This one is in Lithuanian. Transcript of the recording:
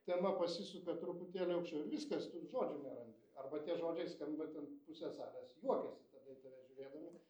tema pasisuka truputėlį aukščiau ir viskas tu žodžių nerandi arba tie žodžiai skamba ten pusė salės juokiasi tada į tave žiūrėdami